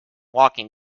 walking